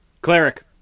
Cleric